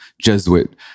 Jesuit